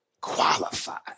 qualified